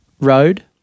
road